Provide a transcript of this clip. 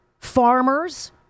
farmers